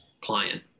client